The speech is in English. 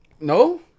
No